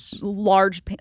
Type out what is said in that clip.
large